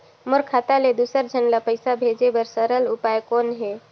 मोर खाता ले दुसर झन ल पईसा भेजे बर सरल उपाय कौन हे?